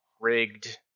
rigged